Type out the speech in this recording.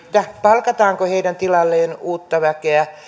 palkataanko heidän tilalleen uutta väkeä